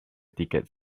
ticket